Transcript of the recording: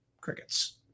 Crickets